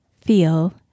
feel